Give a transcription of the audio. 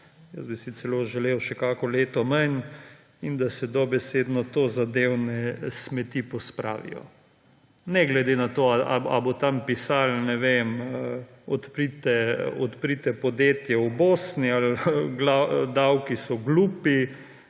Jaz bi si celo želel še kako leto manj in da se dobesedno tozadevne smeti pospravijo, ne glede na to, ali bo tam pisalo – odprite podjetje v Bosni, ali davki so glupi,